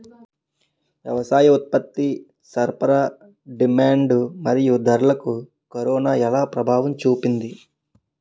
వ్యవసాయ ఉత్పత్తి సరఫరా డిమాండ్ మరియు ధరలకు కరోనా ఎలా ప్రభావం చూపింది